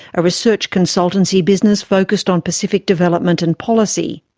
a research consultancy business focused on pacific development and policy.